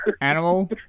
animal